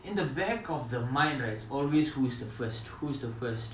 in the back of the mind right it's always who is the first who's the first